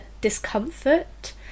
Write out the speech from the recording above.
discomfort